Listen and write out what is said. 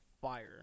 fire